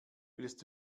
willst